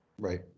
Right